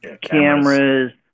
cameras